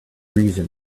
reason